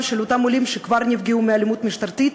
של אותם עולים שכבר נפגעו מאלימות משטרתית,